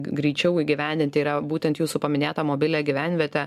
greičiau įgyvendinti yra būtent jūsų paminėtą mobilią gyvenvietę